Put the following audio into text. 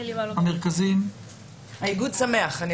האיגוד שמח.